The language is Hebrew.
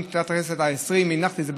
עם פתיחת הכנסת העשרים הנחתי את זה,